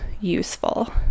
useful